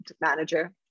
manager